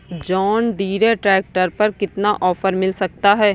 John Deere tractor पर कितना offer मिल सकता है?